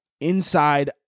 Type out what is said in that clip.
inside